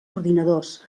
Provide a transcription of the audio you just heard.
ordinadors